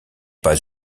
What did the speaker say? pas